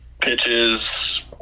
pitches